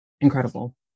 Incredible